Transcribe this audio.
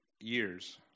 years